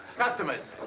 customers.